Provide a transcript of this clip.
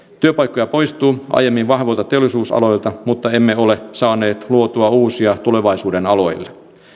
työpaikkoja poistuu aiemmin vahvoilta teollisuus aloilta mutta emme ole saaneet luotua uusia tulevaisuuden aloille